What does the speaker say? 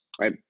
right